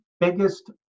biggest